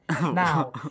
Now